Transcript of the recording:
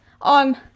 on